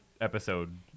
episode